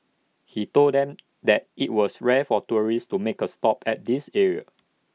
he told them that IT was rare for tourists to make A stop at this area